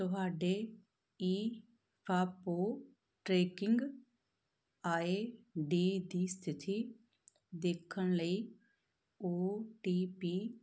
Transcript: ਤੁਹਾਡੇ ਇ ਫ ਪੋ ਟ੍ਰੈਕਿੰਗ ਆਈ ਡੀ ਦੀ ਸਥਿਤੀ ਦੇਖਣ ਲਈ ਓ ਟੀ ਪੀ